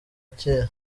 kera